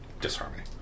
Disharmony